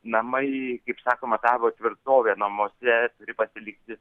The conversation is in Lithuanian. namai kaip sakoma tavo tvirtovė namuose turi pasilikti